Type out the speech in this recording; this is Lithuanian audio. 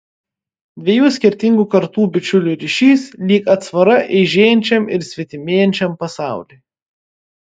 dviejų skirtingų kartų bičiulių ryšys lyg atsvara eižėjančiam ir svetimėjančiam pasauliui